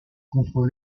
contre